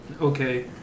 Okay